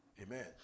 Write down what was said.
Amen